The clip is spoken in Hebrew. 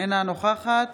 אינה נוכחת